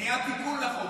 טלי,